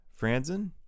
Franzen